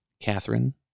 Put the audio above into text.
Catherine